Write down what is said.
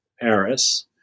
Paris